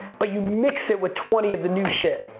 but you mix it with twenty of the new shit.